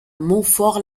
montfort